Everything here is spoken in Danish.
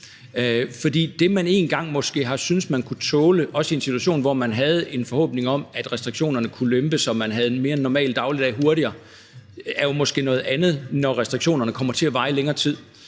For det, man måske en gang har syntes man kunne tåle – også i en situation, hvor man havde en forhåbning om, at restriktionerne kunne lempes, så man havde en mere normal dagligdag hurtigere – er jo måske noget andet, når restriktionerne kommer til at vare i længere tid.